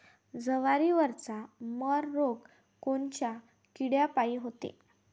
जवारीवरचा मर रोग कोनच्या किड्यापायी होते?